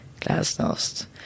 Glasnost